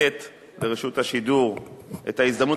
לתת לרשות השידור את ההזדמנות,